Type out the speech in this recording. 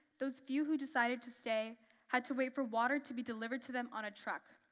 those few who decided to stay had to wait for water to be delivered to them on a truck,